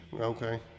Okay